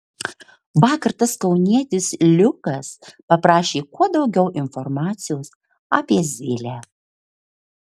vakar tas kaunietis liukas paprašė kuo daugiau informacijos apie zylę